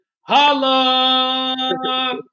holla